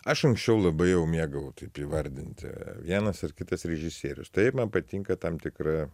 aš anksčiau labai jau mėgau taip įvardinti vienas ar kitas režisierius taip man patinka tam tikra